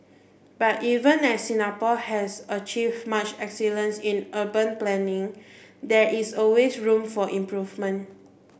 but even as Singapore has achieve much excellence in urban planning there is always room for improvement